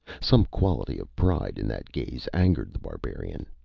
some quality of pride in that gaze angered the barbarian.